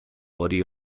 body